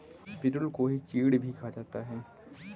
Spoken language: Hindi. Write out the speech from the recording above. पिरुल को ही चीड़ भी कहा जाता है